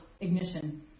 ignition